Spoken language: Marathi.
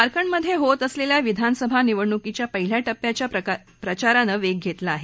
झारखंडमधे होत असलेल्या विधानसभा निवडणुकीच्या पहिल्या टप्प्याच्या प्रचारानं वेग घेतला आहे